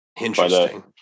Interesting